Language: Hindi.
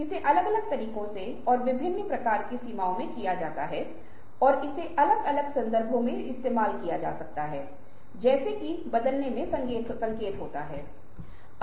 इसलिए यहां पर मन की ढलाई की आवश्यकता है ताकि हमारे दिन प्रतिदिन के कार्यों में एक ही चीज परिलक्षित हो सके